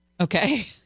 Okay